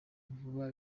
vuba